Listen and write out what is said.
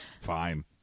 Fine